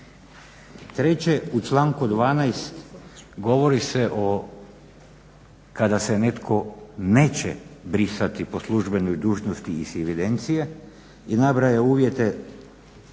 Treće, u članku 12. govori se kada se netko neće brisati po službenoj dužnosti iz evidencije i nabraja uvjete